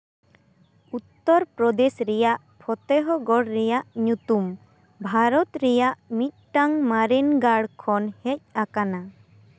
ᱩᱛᱛᱚᱨ ᱯᱨᱚᱫᱮᱥ ᱨᱮᱭᱟᱜ ᱯᱷᱚᱛᱮᱦᱚ ᱜᱚᱲ ᱨᱮᱭᱟᱜ ᱧᱩᱛᱩᱢ ᱵᱷᱟᱨᱚᱛ ᱨᱮᱭᱟᱜ ᱢᱤᱫᱴᱟᱝ ᱢᱟᱨᱮᱱ ᱜᱟᱲ ᱠᱷᱚᱱ ᱦᱮᱡ ᱟᱠᱟᱱᱟ